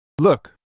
Look